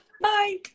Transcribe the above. bye